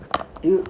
you